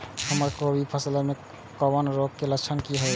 हमर कोबी के फसल में कवक रोग के लक्षण की हय?